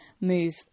move